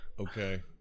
Okay